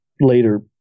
later –